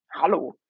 hallo